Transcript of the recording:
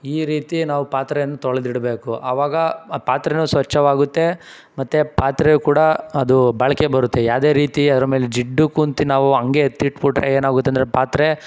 ಈ ರೀತಿ ನಾವು ಪಾತ್ರೆನ ತೊಳೆದಿಡ್ಬೇಕು ಆವಾಗ ಆ ಪಾತ್ರೆನೂ ಸ್ವಚ್ಛವಾಗುತ್ತೆ ಮತ್ತು ಪಾತ್ರೆ ಕೂಡ ಅದು ಬಾಳಿಕೆ ಬರುತ್ತೆ ಯಾವ್ದೇ ರೀತಿ ಅದ್ರ ಮೇಲೆ ಜಿಡ್ಡು ಕುಂತು ನಾವು ಹಾಗೆ ಎತ್ತಿಟ್ಟು ಬಿಟ್ಟರೆ ಏನು ಆಗುತ್ತೆ ಅಂದರೆ ಪಾತ್ರೆ